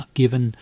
given